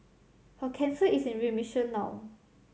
her cancer is in remission now